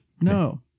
No